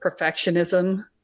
perfectionism